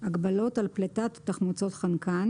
על פליטת תחמוצות חנקן